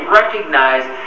recognized